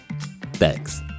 Thanks